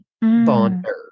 bonder